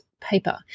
paper